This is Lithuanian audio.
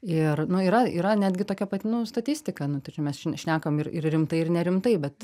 ir nu yra yra netgi tokia nu statistika nu tai č mes šn šnekam ir ir rimtai ir nerimtai bet